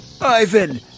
Ivan